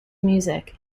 music